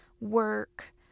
work